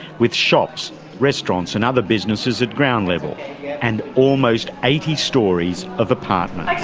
with shops, restaurants, and other businesses at ground level and almost eighty storeys of apartments.